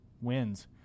wins